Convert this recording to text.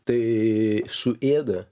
tai suėda